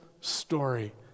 story